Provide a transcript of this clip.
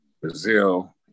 Brazil